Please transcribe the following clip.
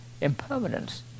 impermanence